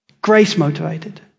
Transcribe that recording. Grace-motivated